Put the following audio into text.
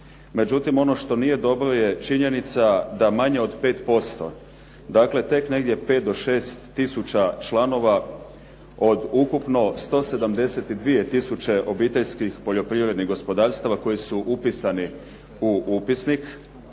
Međutim ono što nije dobro je činjenica da manje od 5% dakle tek negdje 5 do 6 tisuća članova od ukupno 172 tisuće obiteljskih poljoprivrednih gospodarstva koji su upisani u upisnik